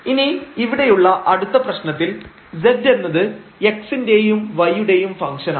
ഇനി ഇവിടെയുള്ള അടുത്ത പ്രശ്നത്തിൽ z എന്നത് x ൻറെയും y യുടെയും ഫംഗ്ഷനാണ്